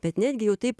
bet netgi jau taip